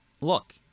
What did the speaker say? look